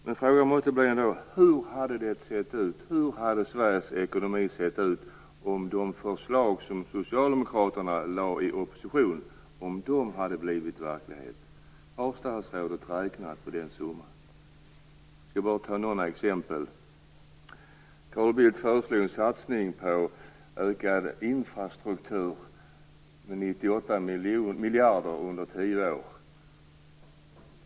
Men hur hade Sveriges ekonomi sett ut om de förslag hade blivit verklighet som Socialdemokraterna i opposition lade fram? Har statsrådet räknat på detta? Jag skall ta några exempel. Carl Bildt föreslog en ökad satsning på infrastrukturen till ett belopp av 98 miljarder kronor under tio år.